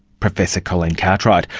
professor colleen cartwright.